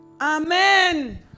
Amen